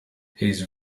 his